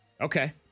Okay